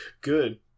Good